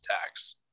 attacks